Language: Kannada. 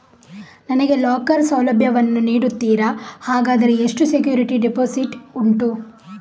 ನನಗೆ ಲಾಕರ್ ಸೌಲಭ್ಯ ವನ್ನು ನೀಡುತ್ತೀರಾ, ಹಾಗಾದರೆ ಎಷ್ಟು ಸೆಕ್ಯೂರಿಟಿ ಡೆಪೋಸಿಟ್ ಉಂಟು?